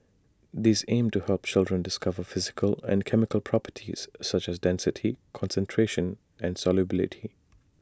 these aim to help children discover physical and chemical properties such as density concentration and solubility